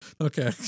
Okay